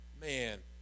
man